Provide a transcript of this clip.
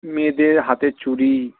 মেয়েদের হাতের চুড়ি